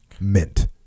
mint